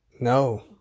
No